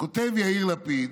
כותב יאיר לפיד: